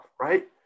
right